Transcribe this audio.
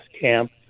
camp